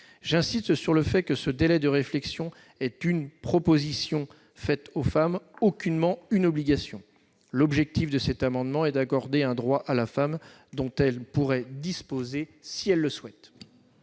J'insiste sur le fait que ce délai de réflexion est une proposition faite aux femmes, aucunement une obligation. L'objet de cet amendement est d'accorder un droit à la femme, dont elle pourrait disposer si elle le souhaite.